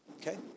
Okay